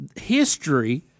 history